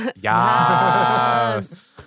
Yes